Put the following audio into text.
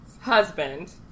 husband